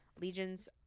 legions